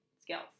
skills